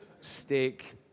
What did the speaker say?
steak